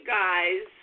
guys